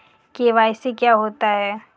KYC क्या होता है?